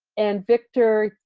and victor,